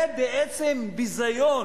זה בעצם ביזיון,